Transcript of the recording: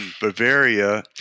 Bavaria